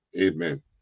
Amen